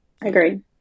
Agreed